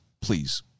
please